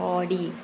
Audi